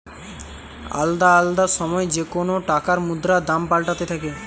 আলদা আলদা সময় যেকোন টাকার মুদ্রার দাম পাল্টাতে থাকে